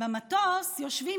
במטוס יושבים